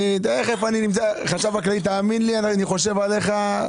אני חושב עליך,